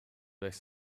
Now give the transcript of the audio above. this